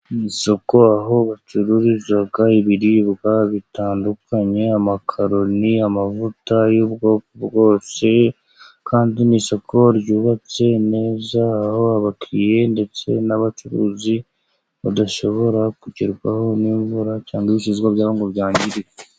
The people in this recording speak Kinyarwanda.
Isoko aho bacuruririza ibiribwa bitandukanye: amakaroni, amavuta y'ubwoko bwose. Kandi n'isoko ryubatse neza aho abakiriya ndetse n'abacuruzi badashobora kugerwaho n'imvura cyangwa ibicuruzwa ngo byangirike.